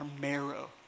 marrow